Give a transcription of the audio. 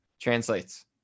translates